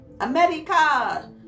America